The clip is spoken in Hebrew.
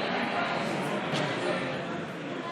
מה